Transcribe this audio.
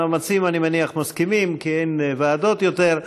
המציעים, אני מניח, מסכימים, כי אין ועדות יותר.